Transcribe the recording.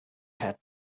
had